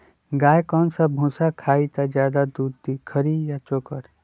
गाय कौन सा भूसा खाई त ज्यादा दूध दी खरी या चोकर?